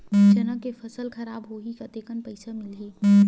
चना के फसल खराब होही कतेकन पईसा मिलही?